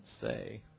say